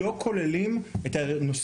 לא כוללים את הנושא.